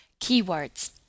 Keywords